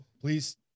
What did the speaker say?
Please